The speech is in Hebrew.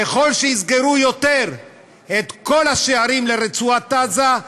ככל שיסגרו יותר את כל השערים לרצועת עזה,